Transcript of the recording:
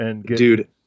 Dude